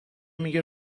میگه